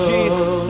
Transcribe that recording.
Jesus